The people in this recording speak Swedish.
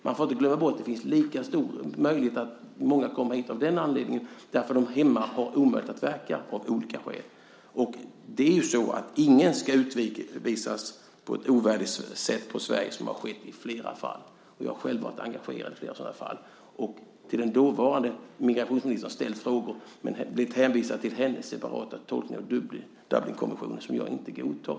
Man får inte glömma bort att det finns lika stor möjlighet att många kommer hit av den anledningen. Det är omöjligt för dem att verka hemma av olika skäl. Ingen ska utvisas på ett ovärdigt sätt från Sverige, vilket har skett i flera fall. Jag har själv varit engagerad i flera sådana fall. Jag har ställt frågor till den dåvarande migrationsministern men blivit hänvisad till hennes separata tolkning av Dublinkonventionen, som jag inte godtar.